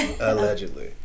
Allegedly